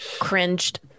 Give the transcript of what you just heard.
cringed